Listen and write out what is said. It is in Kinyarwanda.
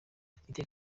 iteka